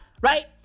Right